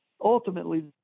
ultimately